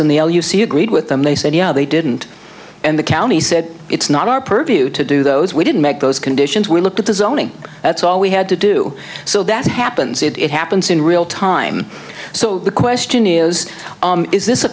and they all you see agreed with them they said they didn't and the county said it's not our purview to do those we didn't make those conditions we looked at the zoning that's all we had to do so that happens if it happens in real time so the question is is this a